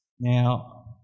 Now